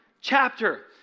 chapter